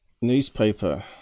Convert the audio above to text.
newspaper